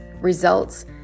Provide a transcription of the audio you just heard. results